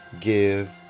give